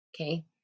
okay